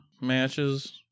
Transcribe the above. matches